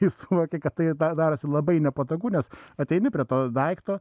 tai suvokė kad tai da darosi labai nepatogu nes ateini prie to daikto